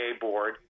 board